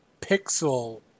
pixel